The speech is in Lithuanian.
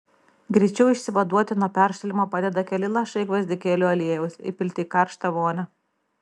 greičiau išsivaduoti nuo peršalimo padeda keli lašai gvazdikėlių aliejaus įpilti į karštą vonią